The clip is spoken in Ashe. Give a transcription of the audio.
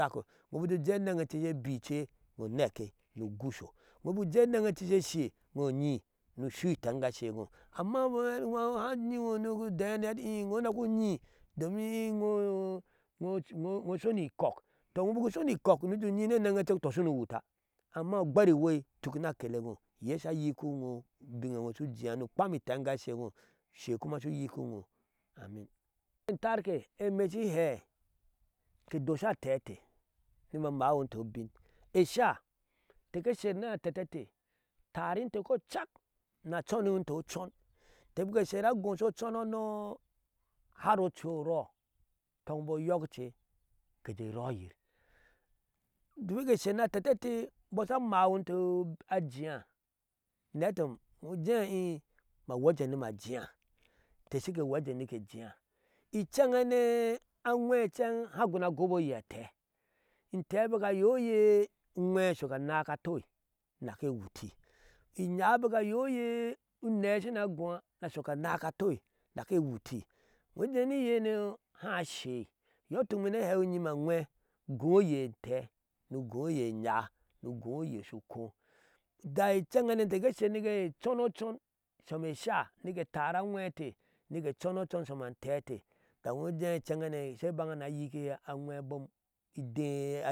Iŋo bik ujee ujee enen eceshe bice unɛkke ni ugusho, ino bik ujee enɛn ece shee unyi ni ishni unyiŋo ni gu udee ni uhɛɛ eti ti iyno shu gu ude ni enyi domi ino usho ni ikok, tɔ inɔo bik ushoni ikok ni eneŋ icom tɔ shunu uwuta, amma ugber iwei utuk ni akele e ɨno, iye sha nyikihinɔ ubin eiŋo shu jea ni ukpam itɛnggashe eino ushe kuma shu yikino amin etarke, ime shin hɛɛ ke dosha antee e int ni imbɔɔ amwinte ubin esha keke sher ni atɛtɛ. inte, atara inte kocal ni aconihinte ocɔnhano, har ocu urɔɔ tan oba oyɔkce ke jee erɔjir. domin ke sher ni atɛtɛ ete, imbɔɔ sha mawinte ajiya ni ahɛɛ eti tɔ ino jɛɛ, ii ma nwee ajen nima ajea incenhane angwee inceŋ haa aguna agɔbɔɔ oyee antɛɛ intɛɛ bik ayee oye, uywɛɛ ashok anak atoi dak ewuti, inyaa bik ayee oye, unɛɛ shina gua ni ashok a nak atoi dak ewuti. iŋoo ujɛɛ ni iyeno haa shei, iyɔɔ ituk imee ni a hewinyime agwee ma gɔɔ oyee antɛɛ ni ugɔɔ oye e inyaa ni ugoɔ oye shu ukɔ in da incɛŋhane inte ke sher ni ke con ocun shom esha nike tara aŋwee einte nike cɔn ocɔn shoma antɛɛ einte, in da inooujɛɛ incɛŋhane she ebanya ni ayikihee aŋwee bom idee.